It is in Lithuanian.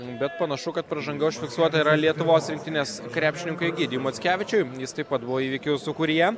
bet panašu kad pražanga užfiksuota yra lietuvos rinktinės krepšininkui egidijui mackevičiui jis taip pat buvo įvykių sūkuryje